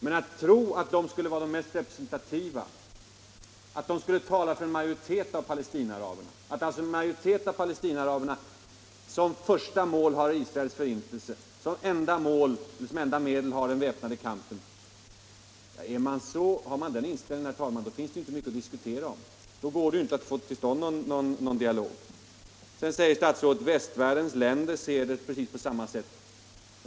Men att de skulle vara de mest representativa, att de skulle tala för en majoritet av palestinaaraberna, att en majoritet av palestinaaraberna som första mål har Israels förintelse och som enda medel har den väpnade kampen — har man den inställningen, herr talman, då finns det inte mycket att diskutera om. Då går det inte att få till stånd någon dialog. Sedan säger statsrådet att västvärldens länder ser det precis på samma sätt.